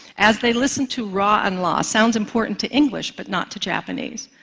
as they listen to ra and la, sounds important to english but not to japanese.